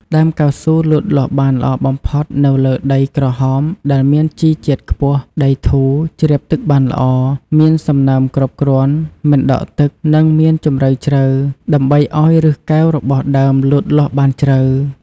ដើមកៅស៊ូលូតលាស់បានល្អបំផុតនៅលើដីក្រហមដែលមានជីជាតិខ្ពស់ ដីធូរ ជ្រាបទឹកបានល្អ មានសំណើមគ្រប់គ្រាន់ មិនដក់ទឹក និងមានជម្រៅជ្រៅ ដើម្បីឱ្យឫសកែវរបស់ដើមលូតលាស់បានជ្រៅ។